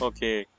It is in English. Okay